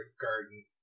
garden